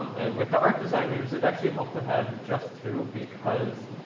um and with the art designers, it actually helped to have just two. because,